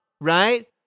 right